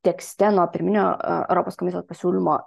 tekste nuo pirminio europos komisijos pasiūlymo